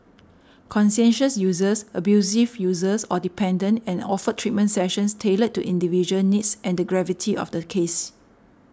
conscientious users abusive users or dependent and offered treatment sessions tailored to individual needs and the gravity of the case